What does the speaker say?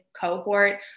cohort